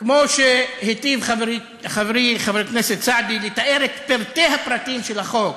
כמו שהיטיב חברי חבר הכנסת סעדי לתאר את פרטי הפרטים של החוק,